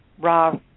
raw